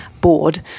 board